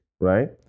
right